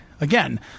Again